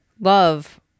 love